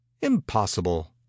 Impossible